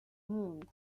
monde